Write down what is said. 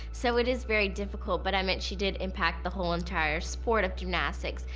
so it is very difficult but i mean she did impact the whole entire sport of gymnastics,